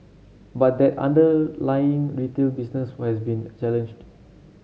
but that underlying retail business who has been challenged